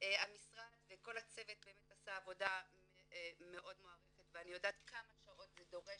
המשרד וכל הצוות עשה עבודה מאוד מוערכת ואני יודעת כמה שעות זה דורש,